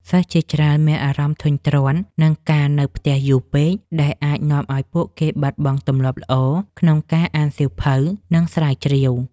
សិស្សជាច្រើនមានអារម្មណ៍ធុញទ្រាន់នឹងការនៅផ្ទះយូរពេក ដែលអាចនាំឱ្យពួកគេបាត់បង់ទម្លាប់ល្អក្នុងការអានសៀវភៅ និងស្រាវជ្រាវ។